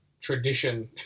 tradition